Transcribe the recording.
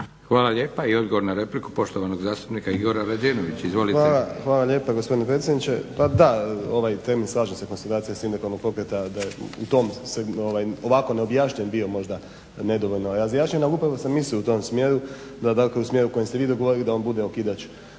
Hvala lijepa. I odgovor na repliku poštovanog zastupnika Igora Rađenovića, izvolite. **Rađenović, Igor (SDP)** Hvala lijepa gospodine predsjedniče. Pa da, ovaj termin, slažem se …/Govornik se ne razumije./… sindikalnog pokreta da je ovako neobjašnjen bio možda nedovoljno, razjašnjen. Ali upravo sam mislio u tom smjeru, da dakle u smjeru u kojem ste vi dogovorili da on bude okidač